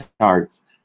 charts